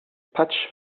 patch